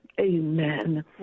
amen